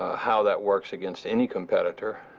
how that works against any competitor,